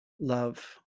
love